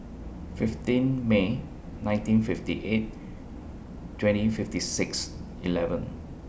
fifteen May nineteen fifty eight twenty fifty six eleven